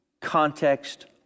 context